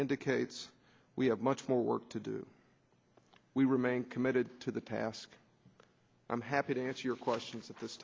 indicates we have much more work to do we remain committed to the task i'm happy to answer your questions at this